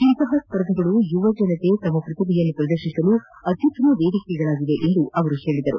ಇಂತಹ ಸ್ಪರ್ಧೆಗಳು ಯುವಜನತೆ ತಮ್ಮ ಪ್ರತಿಭೆಯನ್ನು ಪ್ರದರ್ಶಿಸಲು ಅತ್ಯುತ್ತಮ ವೇದಿಕೆಗಳಾಗಿವೆ ಎಂದರು